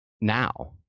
now